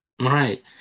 Right